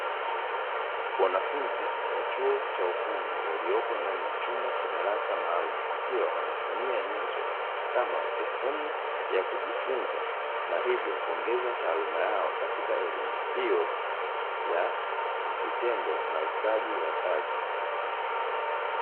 Wanafunzi wa chuo cha ufundi waliopo ndani ya chumba cha darasa maalumu, wakiwa wanatumia nyenzo kama sehemu ya kujifunza na hivyo kuongeza taaluma yao katika elimu hiyo ya vitendo na ustadi wa kazi.